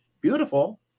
beautiful